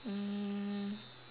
mm